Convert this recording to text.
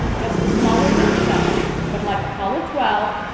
just a smaller discharge. but like apollo twelve,